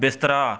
ਬਿਸਤਰਾ